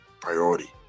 priority